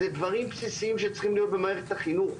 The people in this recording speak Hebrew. אלה דברים בסיסיים שצריכים להיות במערכת החינוך.